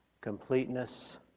completeness